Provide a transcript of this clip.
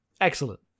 Excellent